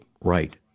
right